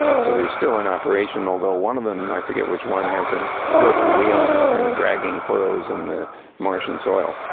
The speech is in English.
so they're still in operation, although one of them i forget which one has a broken wheel, and it's kind of dragging furrows in the martian soil.